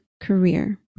career